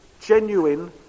genuine